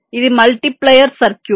ఇది multiplier circuit